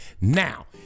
now